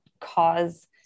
cause